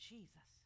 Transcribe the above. Jesus